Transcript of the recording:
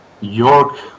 York